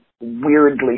weirdly